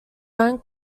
own